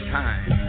time